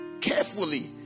carefully